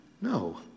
No